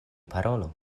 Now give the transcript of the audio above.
parolu